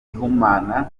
ihumana